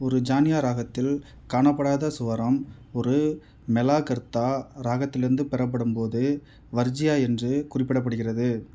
ஒரு ஜன்யா ராகத்தில் காணப்படாத ஸ்வரம் ஒரு மேலாகர்த்தா ராகத்திலிருந்து பெறப்படும்போது வர்ஜியா என்று குறிப்பிடப்படுகிறது